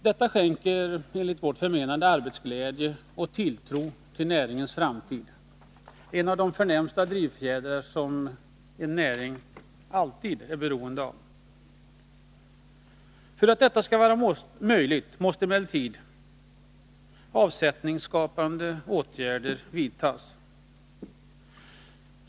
Detta skänker enligt vårt förmenande arbetsglädje och tilltro till näringens framtid — en av de förnämsta av de drivfjädrar som en näring alltid är beroende av. För att detta skall vara möjligt måste emellertid avsättningsskapande åtgärder vidtas.